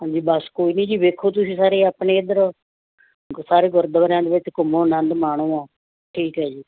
ਹਾਂਜੀ ਬਸ ਕੋਈ ਨਹੀਂ ਜੀ ਵੇਖੋ ਤੁਸੀਂ ਸਾਰੇ ਆਪਣੇ ਇੱਧਰ ਸਾਰੇ ਗੁਰਦੁਆਰਿਆਂ ਦੇ ਵਿੱਚ ਘੁੰਮੋ ਅਨੰਦ ਮਾਣੋ ਠੀਕ ਹੈ ਜੀ